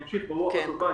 אמשיך ברוח הטובה,